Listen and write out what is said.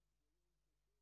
גילה, כמו שציינת,